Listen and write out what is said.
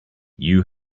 you